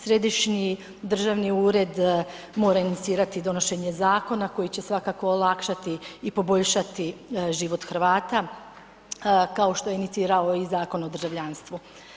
Središnji državni ured mora inicirati donošenje zakona koji će svakako olakšati i poboljšati život Hrvata kao što je inicirano i Zakon o državljanstvu.